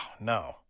no